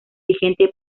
vigente